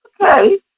okay